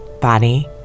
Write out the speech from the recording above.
body